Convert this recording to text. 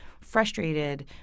frustrated